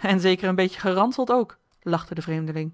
en zeker een beetje geranseld ook lachte de vreemdeling